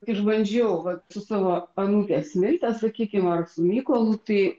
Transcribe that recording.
išbandžiau vat su savo anūke smilte sakykim ar su mykolu tai